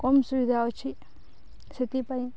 କମ୍ ସୁବିଧା ଅଛି ସେଥିପାଇଁ